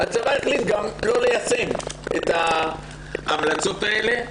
הצבא החליט גם לא ליישם את ההמלצות הללו.